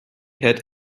had